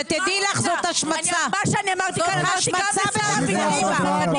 שתדעי לך, זאת השמצה ותחזרי בך.